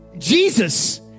Jesus